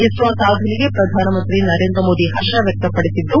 ಇಸ್ರೋ ಸಾಧನೆಗೆ ಪ್ರಧಾನಮಂತ್ರಿ ನರೇಂದ್ರ ಮೋದಿ ಹರ್ಷ ವ್ಯಕ್ತಪಡಿಸಿದ್ದು